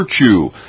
virtue